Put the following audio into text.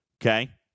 Okay